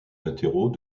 latéraux